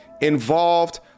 involved